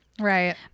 Right